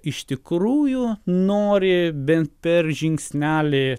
iš tikrųjų nori bent per žingsnelį